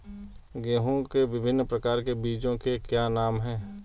गेहूँ के विभिन्न प्रकार के बीजों के क्या नाम हैं?